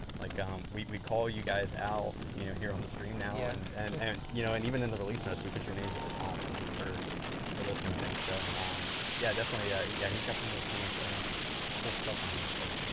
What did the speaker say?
like um we call you guys out you know here on the stream now and and and you know and even in the release notes we put your names at the top you know for for those kinds of things. so yeah, definitely. yeah, he's got some really kind of cool stuff on here. so,